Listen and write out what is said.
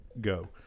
go